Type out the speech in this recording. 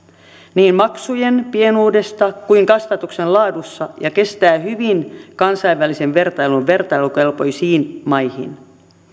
niin maksujen pienuudessa kuin kasvatuksen laadussa ja kestää hyvin kansainvälisen vertailun vertailukelpoisiin maihin